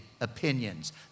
opinions